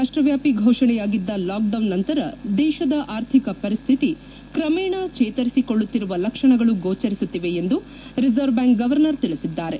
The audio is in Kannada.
ರಾಷ್ಟವ್ಯಾಪಿ ಘೋಷಣೆಯಾಗಿದ್ದ ಲಾಕ್ಡೌನ್ ನಂತರ ದೇಶದ ಆರ್ಥಿಕ ಪರಿಸ್ಹಿತಿ ಕ್ರಮೇಣ ಚೇತರಿಸಿಕೊಳ್ಳುತ್ತಿರುವ ಲಕ್ಷಣಗಳು ಗೋಚರಿಸುತ್ತಿವೆ ಎಂದು ರಿಸರ್ವ್ ಬ್ಲಾಂಕ್ ಗವರ್ನರ್ ತಿಳಿಸಿದರು